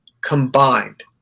combined